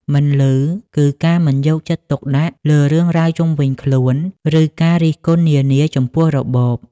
«មិនឮ» គឺការមិនយកចិត្តទុកដាក់លើរឿងរ៉ាវជុំវិញខ្លួន ឬការរិះគន់នានាចំពោះរបប។